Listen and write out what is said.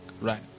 right